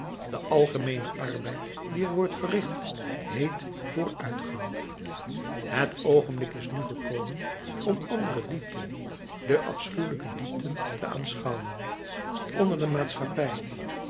de algemeene arbeid die er wordt verricht heet vooruitgang het oogenblik is nu gekomen om andere diepten de afschuwelijke diepten te aanschouwen onder de maatschappij